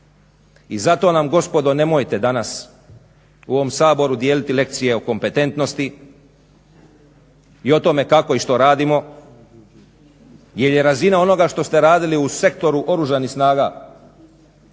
I zato nam gospodo nemojte danas u ovom Saboru dijeliti lekcije o kompetentnosti i o tome kako i što radimo jer je razina onoga što ste radili u sektoru Oružanih snaga